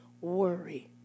worry